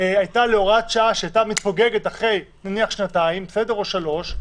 הייתה הוראת שעה שהייתה מתפוגגת אחרי שנתיים או שלוש.